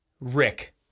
Rick